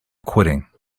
quitting